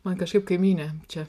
man kažkaip kaimynė čia